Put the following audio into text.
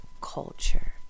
culture